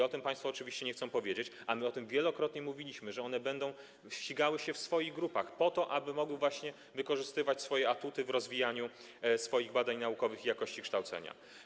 O tym państwo oczywiście nie chcą powiedzieć, a my o tym wielokrotnie mówiliśmy, że one będą ścigały się w swoich grupach, aby mogły wykorzystywać swoje atuty w rozwijaniu badań naukowych i jakości kształcenia.